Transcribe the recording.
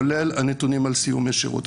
כולל הנתונים על סיומי שירות.